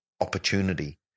opportunity